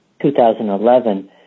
2011